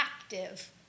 active